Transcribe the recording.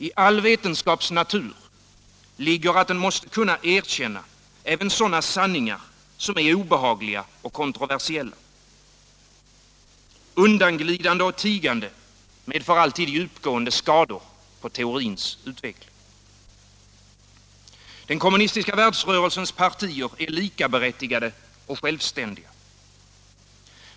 I all vetenskaps natur ligger att den måste kunna erkänna även sådana sanningar som är obehagliga och kontroversiella. Undanglidande och tigande medför djupgående skador på teorins utveckling. Den kommunistiska världsrörelsens partier är likaberättigade och självständiga.